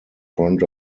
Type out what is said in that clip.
front